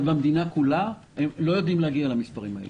אבל במדינה כולה לא יודעים להגיע למספרים האלה.